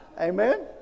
Amen